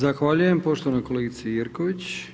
Zahvaljujem poštovanoj kolegici Jerković.